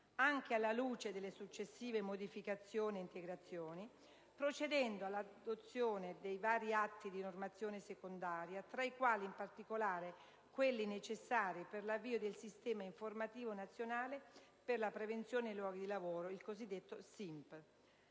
anche alla luce delle successive modificazioni e integrazioni, procedendo all'adozione dei vari atti di normazione secondaria tra i quali, in particolare, quelli necessari per l'avvio del Sistema informativo nazionale per la prevenzione nei luoghi di lavoro (il cosiddetto SINP);